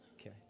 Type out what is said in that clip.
Okay